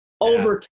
Over